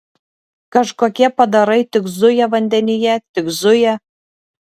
kažkokie padarai tik zuja vandenyje tik zuja